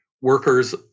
workers